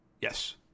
Yes